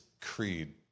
Creed